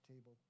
table